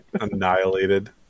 Annihilated